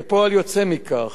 כפועל יוצא מכך,